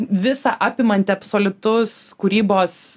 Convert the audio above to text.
visa apimanti absoliutus kūrybos